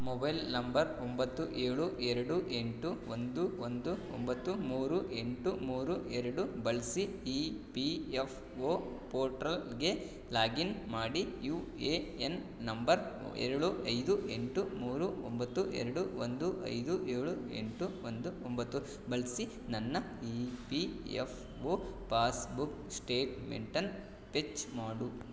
mobile number ಒಂಬತ್ತು ಏಳು ಎರಡು ಎಂಟು ಒಂದು ಒಂದು ಒಂಬತ್ತು ಮೂರು ಎಂಟು ಮೂರು ಎರಡು ಬಳಸಿ ಇ ಪಿ ಎಫ್ ಒ ಪೊಟ್ರಲ್ಗೆ ಲಾಗಿನ್ ಮಾಡಿ ಯು ಎ ಎನ್ ನಂಬರ್ ಏಳು ಐದು ಎಂಟು ಮೂರು ಒಂಬತ್ತು ಎರಡು ಒಂದು ಐದು ಏಳು ಎಂಟು ಒಂದು ಒಂಬತ್ತು ಬಳಸಿ ನನ್ನ E P F O passbook ಸ್ಟೇಟ್ಮೆಂಟನ್ನು ಪೆಚ್ ಮಾಡು